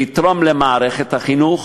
לתרום למערכת החינוך,